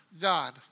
God